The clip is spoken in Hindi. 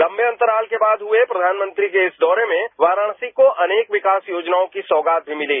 लंबे अंतरात के बाद हुए प्रचानमंत्री के इस दौरे में वाराणसी को अनेक विकास योजनावों की सौगात मी मिली